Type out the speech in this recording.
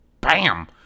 BAM